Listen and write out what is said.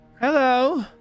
hello